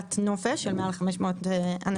הפלגת נופש מעל 500 אנשים.